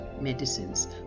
medicines